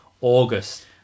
August